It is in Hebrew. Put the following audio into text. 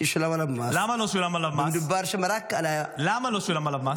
שישולם עליו מס --- רון כץ (יש עתיד): למה לא שולם עליו מס?